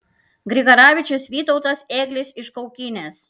grigaravičius vytautas ėglis iš kaukinės